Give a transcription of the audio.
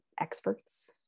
experts